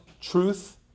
truth